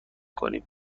کنیم